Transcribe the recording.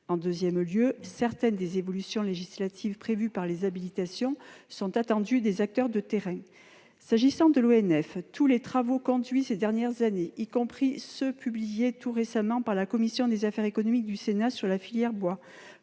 En deuxième lieu, certaines des évolutions législatives prévues par les habitations sont attendues des acteurs de terrain. S'agissant de l'ONF, tous les travaux conduits ces dernières années, y compris ceux qu'a publiés tout récemment la commission des affaires économiques du Sénat sur la filière bois,